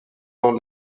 dans